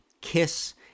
Kiss